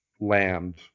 land